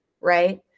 right